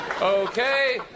Okay